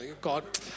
God